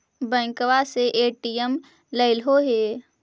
बैंकवा से ए.टी.एम लेलहो है?